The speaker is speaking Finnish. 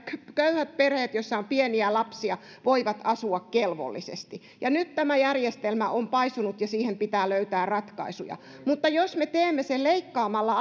köyhät perheet joissa on pieniä lapsia voivat asua kelvollisesti nyt tämä järjestelmä on paisunut ja siihen pitää löytää ratkaisuja mutta jos me teemme sen leikkaamalla